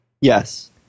Yes